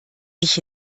ich